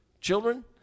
children